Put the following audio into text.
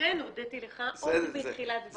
לכן הודיתי לך עוד בתחילת דבריי.